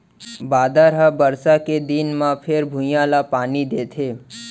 बादर ह बरसा के दिन म फेर भुइंया ल पानी देथे